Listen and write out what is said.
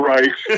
Right